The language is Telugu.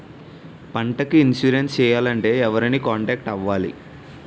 పంటకు ఇన్సురెన్స్ చేయాలంటే ఎవరిని కాంటాక్ట్ అవ్వాలి?